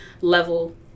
level